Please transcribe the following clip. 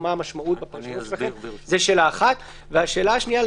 ושאלה שנייה,